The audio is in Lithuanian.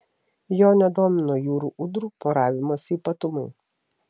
jo nedomino jūrų ūdrų poravimosi ypatumai